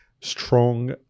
strong